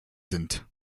sind